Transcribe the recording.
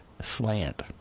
slant